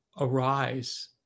arise